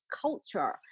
culture